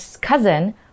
cousin